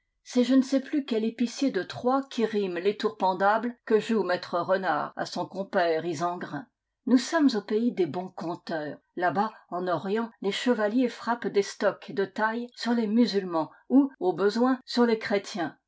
c'est je ne sais plus quel épicier de troyes qui rime les tours pendables que joue maître renart à son compère isengrin nous sommes au pays des bons conteurs là-bas en orient les chevaliers frappent d'estoc et de taille sur les musulmans ou au besoin sur les chrétiens